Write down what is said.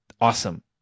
Awesome